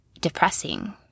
depressing